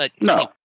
No